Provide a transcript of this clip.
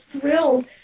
thrilled